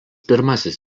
pirmasis